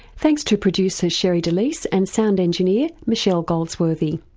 thanks to producer sherre delys and sound engineer michelle goldsworthy.